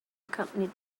accompanied